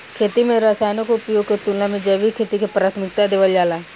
खेती में रसायनों के उपयोग के तुलना में जैविक खेती के प्राथमिकता देवल जाला